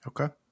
Okay